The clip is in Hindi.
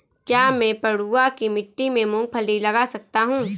क्या मैं पडुआ की मिट्टी में मूँगफली लगा सकता हूँ?